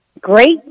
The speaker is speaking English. great